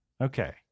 Okay